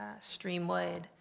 Streamwood